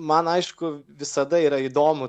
man aišku visada yra įdomu